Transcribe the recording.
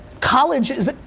college is,